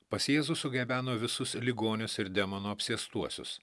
pas jėzų sugabeno visus ligonius ir demonų apsėstuosius